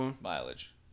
Mileage